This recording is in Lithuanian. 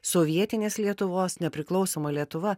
sovietinės lietuvos nepriklausoma lietuva